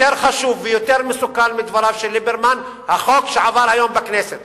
יותר חשוב ויותר מסוכן מדבריו של ליברמן הוא החוק שעבר היום בכנסת